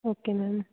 okay ma'am